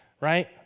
right